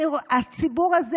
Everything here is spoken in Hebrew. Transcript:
הציבור הזה,